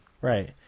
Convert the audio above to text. Right